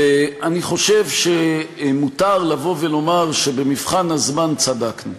ואני חושב שמותר לומר שבמבחן הזמן צדקנו.